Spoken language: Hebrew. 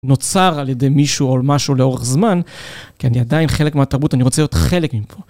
נוצר על ידי מישהו או משהו לאורך זמן, כי אני עדיין חלק מהתרבות, אני רוצה להיות חלק מפה.